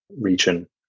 region